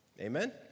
Amen